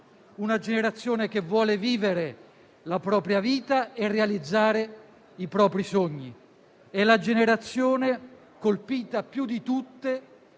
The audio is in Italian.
Una generazione che vuole vivere la propria vita e realizzare i propri sogni. È la generazione colpita più di tutte